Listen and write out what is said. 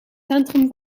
centrum